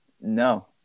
No